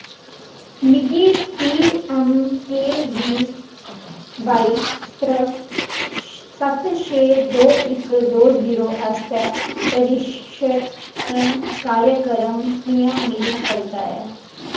मिगी P M K V Y सत्र सत्त छे दो इक दो जीरो आस्तै प्रशिक्षण कार्यक्रम कि'यां मिली सकदा ऐ